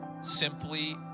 Simply